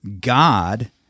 God